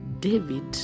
David